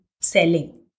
selling